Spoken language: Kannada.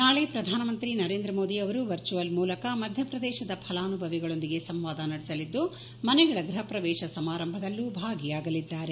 ನಾಳಿ ಪ್ರಧಾನಮಂತ್ರಿ ನರೇಂದ್ರ ಮೋದಿ ಅವರು ವರ್ಚುವಲ್ ಮೂಲಕ ಮಧ್ಯಪ್ರದೇಶದ ಫಲಾನುಭವಿಗಳೊಂದಿಗೆ ಸಂವಾದ ನಡೆಸಲಿದ್ದು ಮನೆಗಳ ಗೃಹ ಪ್ರವೇಶ ಸಮಾರಂಭದಲ್ಲೂ ಭಾಗಿಯಾಗಲಿದ್ದಾರೆ